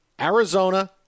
Arizona